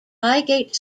highgate